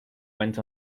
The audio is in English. went